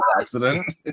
accident